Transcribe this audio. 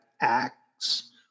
acts